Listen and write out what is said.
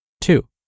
Two